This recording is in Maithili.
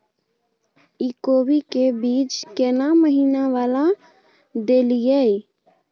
इ कोबी के बीज केना महीना वाला देलियैई?